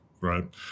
right